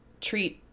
treat